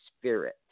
Spirit